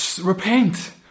repent